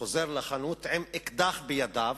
חוזר לחנות עם אקדח בידיו,